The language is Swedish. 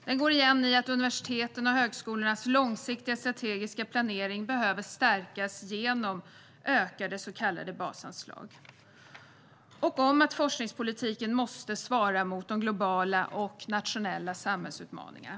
Den går igen i att universitetens och högskolornas långsiktiga strategiska planering behöver stärkas genom ökade så kallade basanslag och att forskningspolitiken måste svara mot de globala och nationella samhällsutmaningarna.